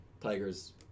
Tiger's